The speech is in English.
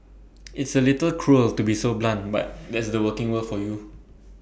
it's A little cruel to be so blunt but that's the working world for you